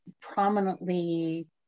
prominently